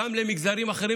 גם למגזרים אחרים,